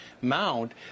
mount